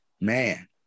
man